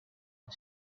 and